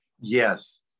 yes